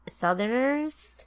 Southerners